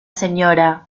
señora